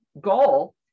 goal